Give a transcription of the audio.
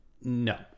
No